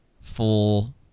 full